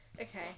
okay